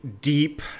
deep